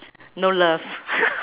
no love